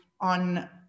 on